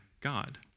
God